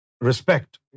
respect